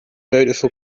beautiful